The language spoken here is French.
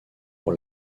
pour